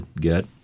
get